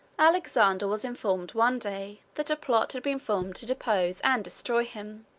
alexander was informed one day that a plot had been formed to depose and destroy him